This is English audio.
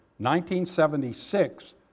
1976